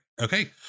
Okay